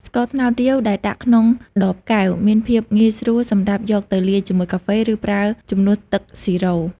ស្ករត្នោតរាវដែលដាក់ក្នុងដបកែវ មានភាពងាយស្រួលសម្រាប់យកទៅលាយជាមួយកាហ្វេ ឬប្រើជំនួសទឹកស៊ីរ៉ូ។